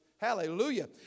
Hallelujah